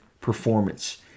performance